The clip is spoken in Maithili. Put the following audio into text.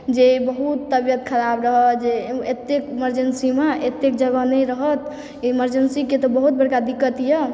जे बहुत तबियत खराब रहऽ जे एते इमर्जेन्सीमे एतेक जगह नहि रहऽ इमर्जेन्सीके तऽ बहुत बड़का दिक्कत यऽ